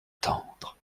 tendre